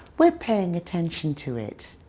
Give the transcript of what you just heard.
we're paying attention to it.